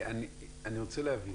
אני רוצה להבין